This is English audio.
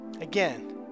Again